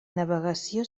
navegació